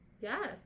yes